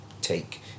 take